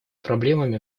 проблемами